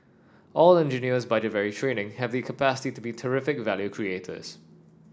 all engineers by their very training have the capacity to be terrific value creators